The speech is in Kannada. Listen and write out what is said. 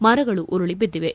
ಮರಗಳು ಉರುಳಿ ಬಿದ್ದಿವೆ